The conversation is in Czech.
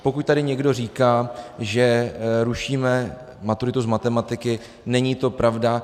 Pokud tady někdo říká, že rušíme maturitu z matematiky, není to pravda.